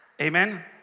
Amen